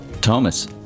Thomas